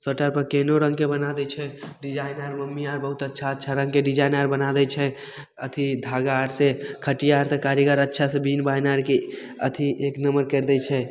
shirt आरपर केहनो रङ्गके बना दै छै डिजाइन आर मम्मी आर बहुत अच्छा अच्छा रङ्गके डिजाइन आर बना दै छै अथी धागा आरसँ खटिया तऽ कारीगर अच्छासँ बीन बानि आर बनाके अथी एक नम्बर करि दै छै